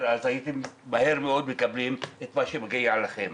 אז הייתם מהר מאוד מקבלים את מה שמגיע לכם.